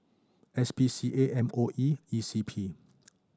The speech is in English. S P C A M O E E C P